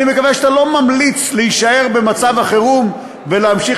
אני מקווה שאתה לא ממליץ להישאר במצב החירום ולהמשיך